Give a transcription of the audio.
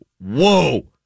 Whoa